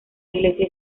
iglesia